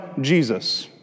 Jesus